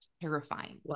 terrifying